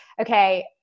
okay